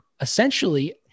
Essentially